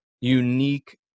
unique